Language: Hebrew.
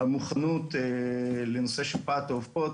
המוכנות בנושא שפעת העופות,